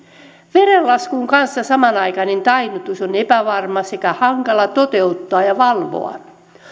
verenlaskun kanssa samanaikainen tainnutus on epävarma sekä hankala toteuttaa ja valvoa